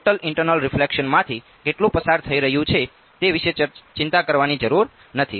આપણે total internal reflection માંથી કેટલું પસાર થઈ રહ્યું છે તે વિશે ચિંતા કરવાની જરૂર નથી